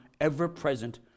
ever-present